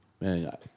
man